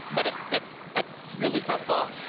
but it's it's a really tough ball.